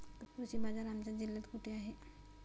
कृषी बाजार आमच्या जिल्ह्यात कुठे आहे?